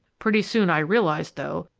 pretty soon i realized, though,